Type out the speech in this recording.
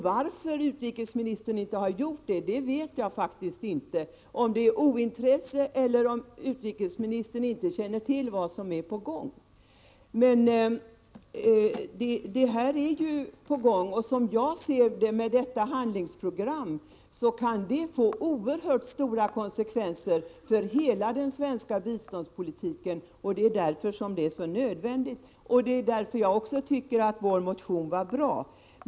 Varför utrikesministern inte har gjort det vet jag faktiskt inte — om det beror på ointresse eller om utrikesministern inte känner till vad som är på gång. Som jag ser det kan handlingsprogrammet få oerhört stora konsekvenser för hela den svenska biståndspolitiken. Det är därför som det är så nödvändigt att vi aktualiserar frågan om kvinnoinriktat bistånd, och det är därför som jag också tycker att vår motion är bra.